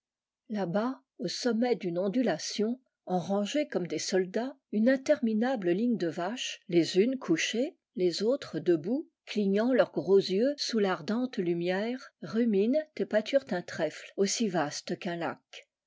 là-bas au sommet d'une ondulation en rangée comme des soldats une interminable ligne de vaches les unes couchées les autres debout chgnant leurs gros yeux sous l'ardente lumière ruminent et pâturent un trèfle aussi vaste qu'un lac